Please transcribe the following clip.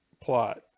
Plot